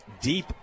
Deep